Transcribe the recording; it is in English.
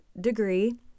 degree